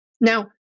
Now